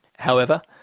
however,